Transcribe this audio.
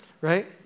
right